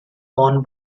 won